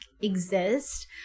exist